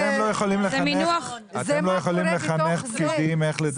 אתם לא יכולים לחנך פקידים איך לדבר.